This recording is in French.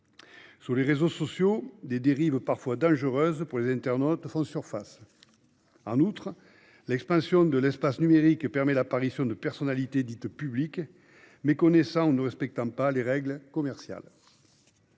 Sur les réseaux sociaux, des dérives parfois dangereuses pour les internautes font surface L'expansion de l'espace numérique permet en outre l'apparition de personnalités dites publiques qui méconnaissent ou ne respectent pas les règles commerciales.